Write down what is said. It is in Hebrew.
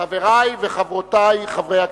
חברי וחברותי חברי הכנסת,